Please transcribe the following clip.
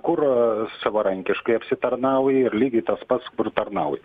kur savarankiškai apsitarnauja ir lygiai tas pats kur tarnauja